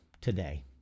today